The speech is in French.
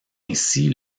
ainsi